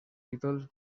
títols